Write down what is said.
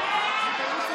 אני לא מגיעה.